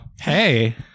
Hey